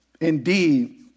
Indeed